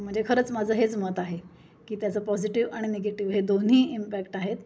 म्हणजे खरंच माझं हेच मत आहे की त्याचं पॉझिटिव आणि निगेटिव हे दोन्ही इम्पॅक्ट आहेत